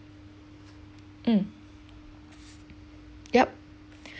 um yup